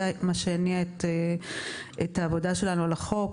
זה מה שהניע את העבודה שלנו על החוק.